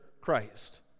Christ